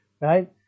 right